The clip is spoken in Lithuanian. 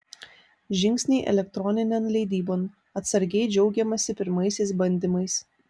žingsniai elektroninėn leidybon atsargiai džiaugiamasi pirmaisiais bandymais